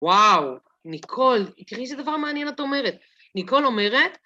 וואו, ניקול, תראי איזה דבר מעניין את אומרת, ניקול אומרת...